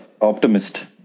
optimist